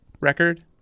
Record